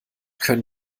können